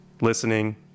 listening